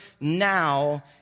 Now